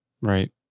Right